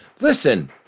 listen